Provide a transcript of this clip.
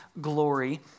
glory